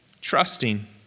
Trusting